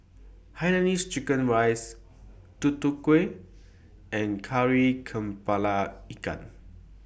Hainanese Chicken Rice Tutu Kueh and Kari Kepala Ikan